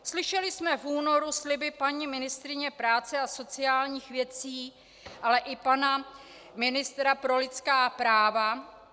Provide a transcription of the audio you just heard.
Slyšeli jsme v únoru sliby paní ministryně práce a sociálních věcí, ale i pana ministra pro lidská práva.